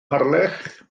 harlech